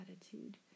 attitude